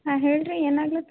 ಹಾಂ ಹೇಳಿರಿ ಏನಾಗ್ಲಕ್